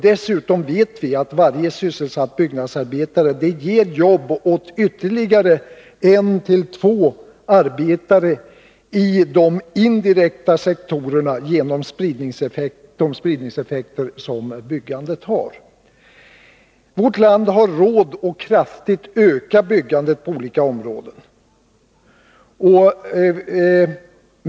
Dessutom vet vi att varje sysselsatt byggnadsarbetare ger jobb åt ytterligare en å två arbetare i de indirekta sektorerna genom de spridningseffekter som byggandet har. Vårt land har råd att kraftigt öka byggandet på olika områden.